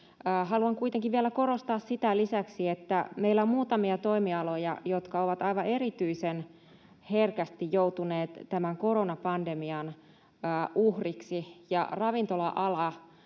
Haluan kuitenkin vielä korostaa lisäksi sitä, että meillä on muutamia toimialoja, jotka ovat aivan erityisen herkästi joutuneet tämän koronapandemian uhreiksi, ja ravintola-ala